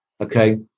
okay